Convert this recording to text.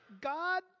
God